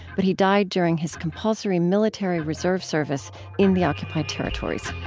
but he died during his compulsory military reserve service in the occupied territories